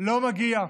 לא מגיע.